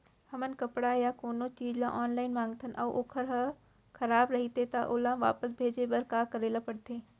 हमन कपड़ा या कोनो चीज ल ऑनलाइन मँगाथन अऊ वोकर ह खराब रहिये ता ओला वापस भेजे बर का करे ल पढ़थे?